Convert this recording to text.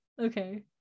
okay